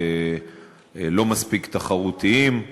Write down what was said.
לא מספיק תחרותיים.